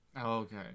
Okay